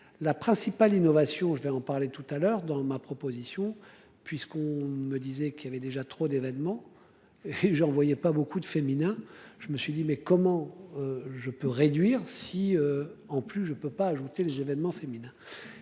La principale innovation, je vais en parler tout à l'heure dans ma proposition puisqu'on me disait qu'il avait déjà trop d'événements. Et j'envoyais pas beaucoup de féminin. Je me suis dit, mais comment. Je peux réduire si en plus je peux pas ajouter les événements féminin